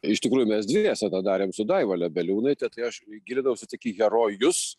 iš tikrųjų mes dviese tą darėm su daiva lebeliūnaite tai aš gilinausi tik į herojus